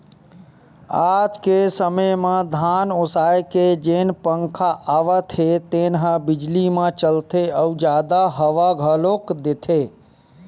आज के समे म धान ओसाए के जेन पंखा आवत हे तेन ह बिजली म चलथे अउ जादा हवा घलोक देथे